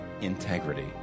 integrity